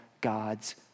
God's